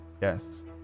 Yes